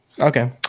okay